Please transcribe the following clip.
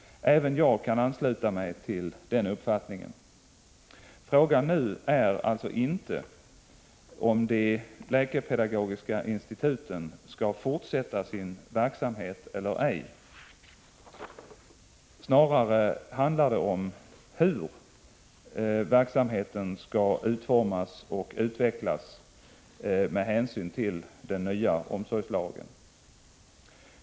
Även jag kan ansluta mig till den uppfattningen. Frågan nu är alltså inte om de läkepedagogiska instituten skall fortsätta sin verksamhet eller ej. Snarare handlar det om hur verksamheten skall utformas och utvecklas med hänsyn till den nya omsorgslagen.